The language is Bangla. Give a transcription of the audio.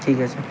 ঠিক আছে